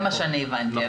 זה מה שאני הבנתי.